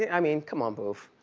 i mean, come on, boof.